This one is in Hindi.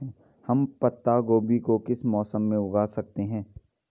हम पत्ता गोभी को किस मौसम में उगा सकते हैं?